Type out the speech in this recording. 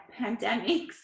pandemics